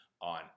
on